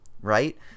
Right